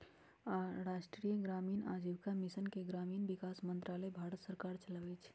राष्ट्रीय ग्रामीण आजीविका मिशन के ग्रामीण विकास मंत्रालय भारत सरकार चलाबै छइ